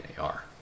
AR